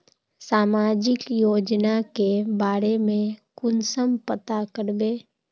सामाजिक योजना के बारे में कुंसम पता करबे?